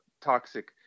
toxic